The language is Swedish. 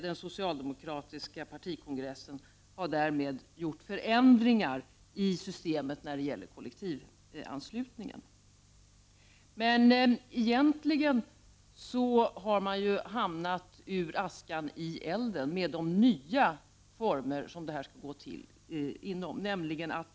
Den socialdemokratiska partikongressen har därmed gjort förändringar i systemet när det gäller kollektivanslutningen. Men egentligen har man ju hamnat ur askan i elden med de nya former inom vilka det här skall gå till.